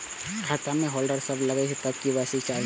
खाता में होल्ड सब लगे तब के.वाई.सी चाहि?